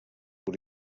que